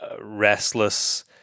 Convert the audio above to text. restless